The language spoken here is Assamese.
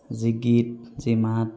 যি গীত যি মাত